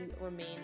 remain